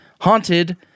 Haunted